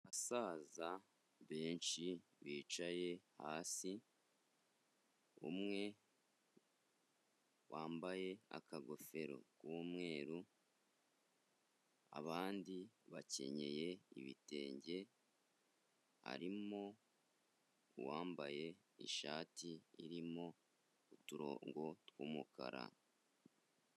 Abasaza benshi bicaye hasi, umwe wambaye akagofero k'umweru, abandi bakenyeye ibitenge harimo uwambaye ishati irimo uturongo tw'umukara.